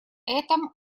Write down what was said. этом